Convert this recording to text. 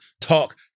talk